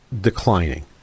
declining